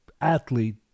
athlete